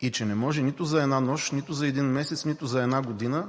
И че не може нито за една нощ, нито за един месец, нито за една година